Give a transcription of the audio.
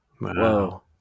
whoa